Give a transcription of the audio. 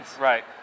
Right